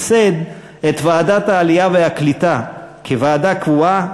ייסד את ועדת העלייה והקליטה כוועדה קבועה,